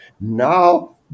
Now